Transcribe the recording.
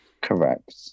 Correct